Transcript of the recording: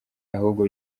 ahubwo